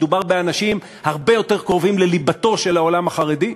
מדובר באנשים הרבה יותר קרובים לליבתו של העולם החרדי,